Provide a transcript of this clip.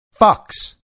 fucks